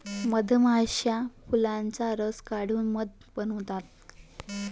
मधमाश्या फुलांचा रस काढून मध बनवतात